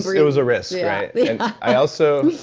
it was a risk, right? yeah and i also,